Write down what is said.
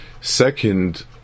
Second